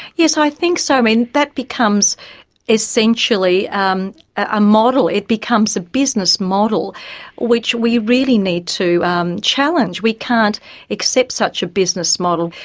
yes, i think so. um and that becomes essentially um a model, it becomes a business model which we really need to um challenge. we can't accept such a business model.